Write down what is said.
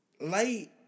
light